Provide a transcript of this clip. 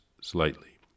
slightly